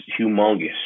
humongous